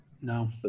no